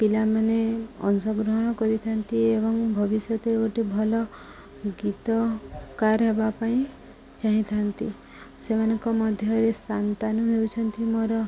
ପିଲାମାନେ ଅଂଶଗ୍ରହଣ କରିଥାନ୍ତି ଏବଂ ଭବିଷ୍ୟତରେ ଗୋଟେ ଭଲ ଗୀତିକାର ହେବା ପାଇଁ ଚାହିଁଥାନ୍ତି ସେମାନଙ୍କ ମଧ୍ୟରେ ସାନ୍ତାନୁ ହେଉଛନ୍ତି ମୋର